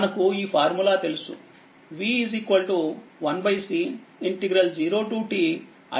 మనకు ఈ ఫార్ములా తెలుసు v 1C 0ti dt v